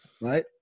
right